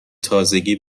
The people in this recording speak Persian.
تازگی